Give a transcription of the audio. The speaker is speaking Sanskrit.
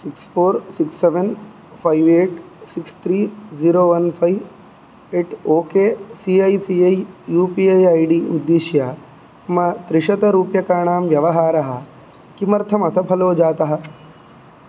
six four six seven five eight six three zero one five eight okay C A C A U P I ID उद्दिश्य मम त्रिशतरूप्यकाणां व्यवहारः किमर्थम् असफलो जातः